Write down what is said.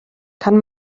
kann